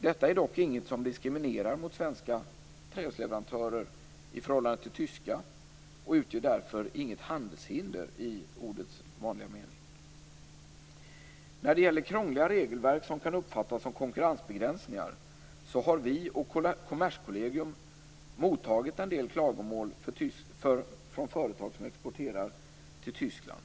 Detta är dock inget som diskriminerar mot svenska trähusleverantörer i förhållande till tyska och utgör därför inget handelshinder i ordets vanliga mening. När det gäller krångliga regelverk som kan uppfattas som konkurrensbegränsningar har vi och Kommerskollegium mottagit en del klagomål från företag som exporterar till Tyskland.